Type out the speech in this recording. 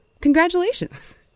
congratulations